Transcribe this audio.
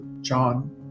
John